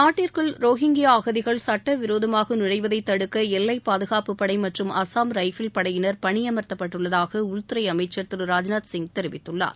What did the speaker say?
நாட்டிற்குள் ரோஹிங்யா அகதிகள் சட்ட விரோதமாக நுழழவதை தடுக்க எல்லை பாதுகாப்புப் படை மற்றும் அசாம் ரைபிள் படையினர் பணியமர்த்தப்பட்டுள்ளதாக உள்துறை அமைச்சர் திரு ராஜ்நாத் சிங் தெரிவித்துள்ளார்